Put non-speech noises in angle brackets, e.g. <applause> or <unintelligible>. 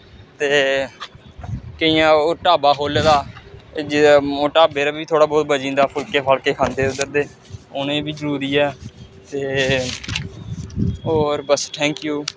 ते केइयें ओह् ढाबा खोल्ले दा <unintelligible> ढाबे पर बी थोह्ड़ा बौह्त बची जंदा फुल्के फल्के खंदे उद्धर ते उ'नें गी बी जरूरी ऐ ते होर बस थैंक यू